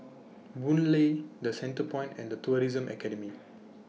Boon Lay The Centrepoint and The Tourism Academy